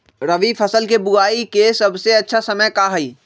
रबी फसल के बुआई के सबसे अच्छा समय का हई?